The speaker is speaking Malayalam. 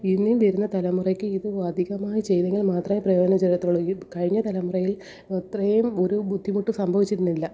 ഇനി വരുന്ന തലമുറയ്ക്ക് ഇത് അധികമായി ചെയ്തതെങ്കിൽ മാത്രമേ പ്രയോജനം ചെയ്യത്തുള്ളൂ ഈ കഴിഞ്ഞ തലമുറയിൽ അത്രയും ഒരു ബുദ്ധിമുട്ട് സംഭവിച്ചിരുന്നില്ല